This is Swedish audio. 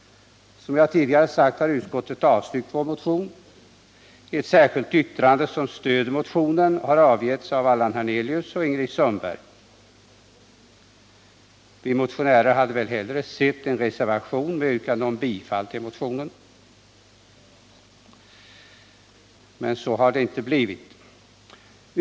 Som jag tidigare sagt har utskottet avstyrkt vår motion. Ett särskilt yttrande som stöder motionen har avgetts av Allan Hernelius och Ingrid Sundberg. Vi motionärer hade väl hellre sett en reservation med yrkande om bifall till motionen. Men så har det inte blivit.